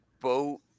boat